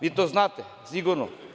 Vi to znate sigurno.